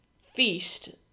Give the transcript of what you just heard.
feast